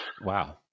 wow